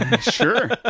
Sure